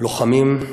לוחמים,